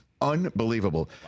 Unbelievable